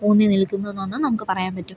ഊന്നി നിൽക്കുന്നുവെന്നും നമുക്ക് പറയാൻ പറ്റും